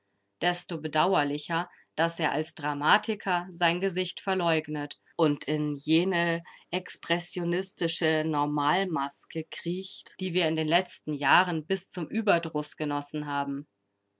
desto bedauerlicher daß er als dramatiker sein gesicht verleugnet und in jene expressionistische normalmaske kriecht die wir in den letzten jahren bis zum überdruß genossen haben